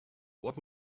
what